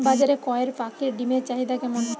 বাজারে কয়ের পাখীর ডিমের চাহিদা কেমন?